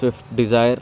swift Dzire